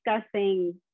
discussing